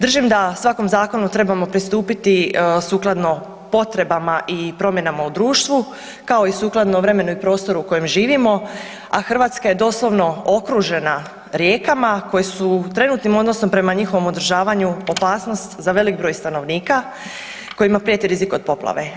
Držim da svakom zakonu trebamo pristupiti sukladno potrebama i promjenama u društvu kao i sukladno vremenu i prostoru u kojem živimo, a Hrvatska je doslovno okružena rijekama koje su trenutnim odnosom prema njihovom održavanju opasnost za velik broj stanovnika kojima prijeti rizik od poplave.